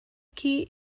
key